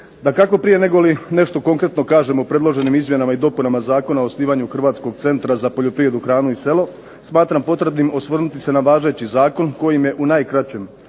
Dakako, prije negoli nešto konkretno kažem o predloženim izmjenama i dopunama Zakona o osnivanju Hrvatskog centra za poljoprivredu, hranu i selo smatram potrebnim osvrnuti se na važeći zakon kojim je u najkraćem